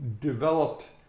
developed